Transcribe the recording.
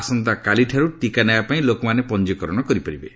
ଆସନ୍ତାକାଲିଠାରୁ ଟିକା ନେବା ପାଇଁ ଲୋକମାନେ ପଞ୍ଜିକରଣ କରିପାରିବେ